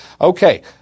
Okay